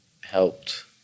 helped